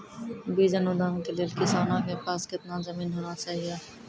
बीज अनुदान के लेल किसानों के पास केतना जमीन होना चहियों?